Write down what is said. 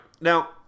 now